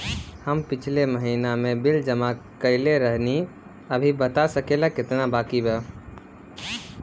हम पिछला महीना में बिल जमा कइले रनि अभी बता सकेला केतना बाकि बा?